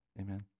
Amen